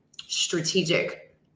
strategic